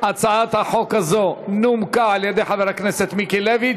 מאחר שהצעת החוק הזו כבר נומקה על-ידי חבר הכנסת מיקי לוי,